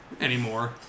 anymore